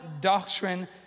doctrine